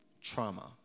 trauma